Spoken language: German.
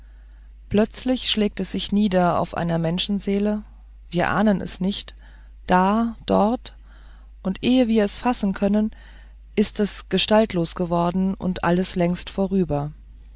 plötzlich schlägt es sich nieder in einer menschenseele wir ahnen es nicht da dort und ehe wir es fassen können ist es gestaltlos geworden und alles längst vorüber